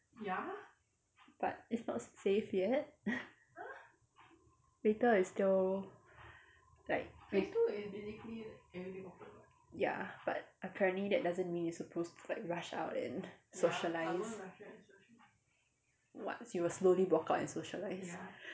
but it's not safe yet later it's still like ya but apparently that doesn't mean you supposed to like rush out and socialise what you will slowly walk out and socialise